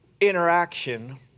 interaction